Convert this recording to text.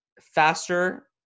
faster